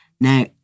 Now